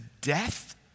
death